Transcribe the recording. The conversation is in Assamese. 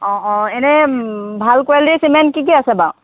অঁ এনে ভাল কোৱালিটিৰ চিমেণ্ট কি কি কি আছে বাৰু